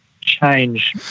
change